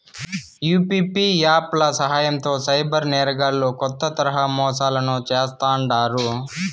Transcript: UPI app ల సాయంతో cyber నేరగాల్లు కొత్త తరహా మోసాలను చేస్తాండారు